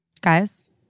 Guys